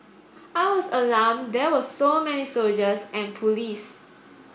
I was alarmed there were so many soldiers and police